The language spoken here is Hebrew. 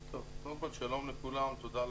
מר